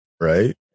right